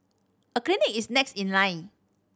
a clinic is next in line